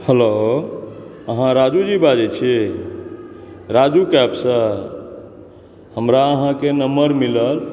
hello अहाँ राजू जी बाजै छी राजू कैब सॅं हमरा अहाँके नम्बर मिलल